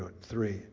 three